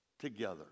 together